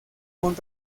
con